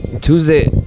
Tuesday